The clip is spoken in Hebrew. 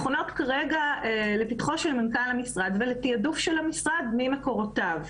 התוכניות חונות כרגע לפתחו של מנכ"ל המשרד ולתעדוף של המשרד ממקורותיו,